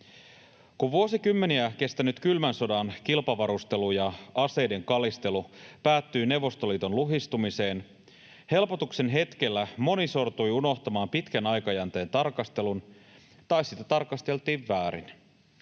Kun vuosikymmeniä kestänyt kylmän sodan kilpavarustelu ja aseiden kalistelu päättyi Neuvostoliiton luhistumiseen, helpotuksen hetkellä moni sortui unohtamaan pitkän aikajänteen tarkastelun tai sitä tarkasteltiin väärin.